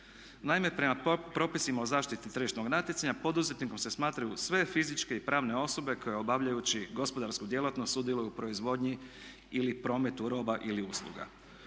Naime, prema propisima o zaštiti tržišnog natjecanja poduzetnikom se smatraju sve fizičke i pravne osobe koje obavljajući gospodarsku djelatnost sudjeluju u proizvodnji ili prometu roba ili usluga.